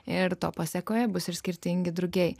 ir to pasekoje bus ir skirtingi drugiai